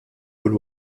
kull